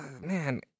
man